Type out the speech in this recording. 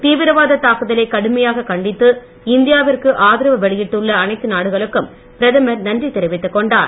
தீவிரவாதத் தாக்குதலை கடுமையாகக் கண்டித்து இந்தியா விற்கு ஆதரவு வெளியிட்டுள்ள அனைத்து நாடுகளுக்கும் பிரதமர் நன்றி தெரிவித்துக்கொண்டார்